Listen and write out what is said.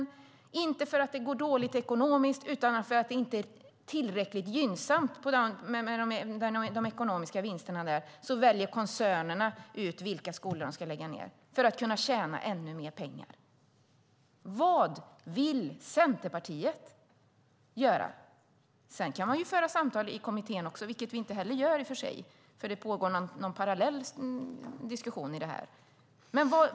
De lägger inte ned för att det går dåligt ekonomiskt utan för att det inte är tillräckligt gynnsamma ekonomiska vinster, och då väljer koncernerna ut vilka skolor de ska lägga ned för att kunna tjäna ännu mer pengar. Vad vill Centerpartiet göra åt detta? Visst kan vi föra samtal i kommittén, men det gör vi inte eftersom det pågår ett slags parallell diskussion.